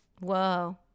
Whoa